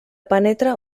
penetra